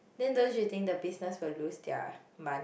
then don't you think the business will lose their money